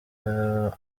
mwabonye